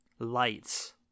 lights